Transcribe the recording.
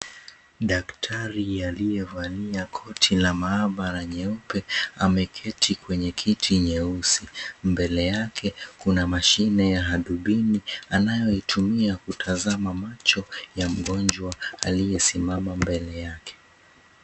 Daktari aliyevalia koti la maabara nyeupe ameketi kwenye kiti nyeusi, mbele yake kuna mashini ya hadubini anayoitumia kutazama macho ya mgonjwa aliyesimama mbele yake.